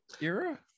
era